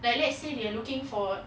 like let's say they are looking for